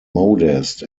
modest